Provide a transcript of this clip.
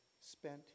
spent